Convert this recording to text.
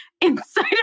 inside